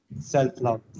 self-love